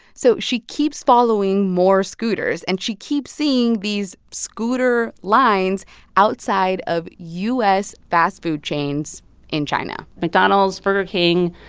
so she keeps following more scooters, and she keeps seeing these scooter lines outside of u s. fast-food chains in china mcdonald's, burger king,